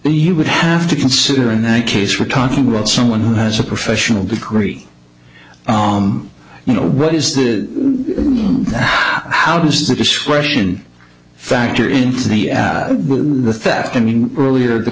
you would have to consider in that case we're talking about someone who has a professional degree you know what is the how does the discretion factor into the the theft coming earlier the